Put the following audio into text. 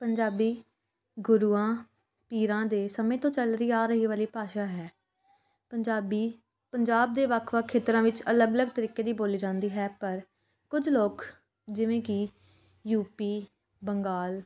ਪੰਜਾਬੀ ਗੁਰੂਆਂ ਪੀਰਾਂ ਦੇ ਸਮੇਂ ਤੋਂ ਚੱਲ ਰਹੀ ਆ ਰਹੀ ਵਾਲੀ ਭਾਸ਼ਾ ਹੈ ਪੰਜਾਬੀ ਪੰਜਾਬ ਦੇ ਵੱਖ ਵੱਖ ਖੇਤਰਾਂ ਵਿੱਚ ਅਲੱਗ ਅਲੱਗ ਤਰੀਕੇ ਦੀ ਬੋਲੀ ਜਾਂਦੀ ਹੈ ਪਰ ਕੁਝ ਲੋਕ ਜਿਵੇਂ ਕਿ ਯੂ ਪੀ ਬੰਗਾਲ